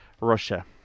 Russia